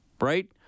right